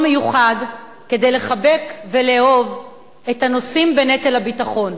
מיוחד כדי לחבק ולאהוב את הנושאים בנטל הביטחון,